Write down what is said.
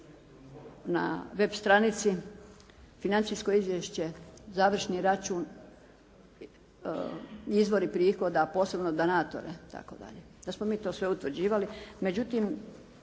na web stranici financijsko izvješće, završni račun, izvori prihoda, posebno donatora itd., da smo mi to sve utvrđivali. Međutim